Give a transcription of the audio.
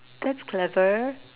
that's clever